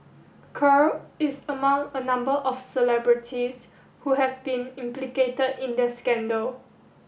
Kerr is among a number of celebrities who have been implicated in the scandal